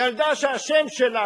ילדה שהשם שלה,